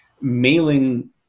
mailing